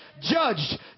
Judged